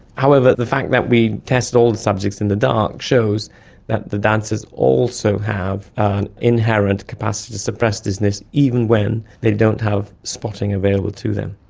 however, the fact that we tested all the subjects in the dark shows that the dancers also have an inherent capacity to suppress dizziness even when they don't have spotting available to them.